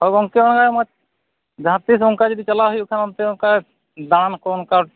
ᱦᱳᱭ ᱜᱚᱢᱠᱮ ᱡᱟᱦᱟᱸ ᱛᱤᱥ ᱚᱱᱠᱟ ᱡᱩᱫᱤ ᱪᱟᱞᱟᱜ ᱦᱩᱭᱩᱜ ᱠᱷᱟᱱ ᱚᱱᱛᱮ ᱚᱱᱠᱟ ᱫᱟᱬᱟᱱᱟᱠᱚ ᱚᱱᱠᱟ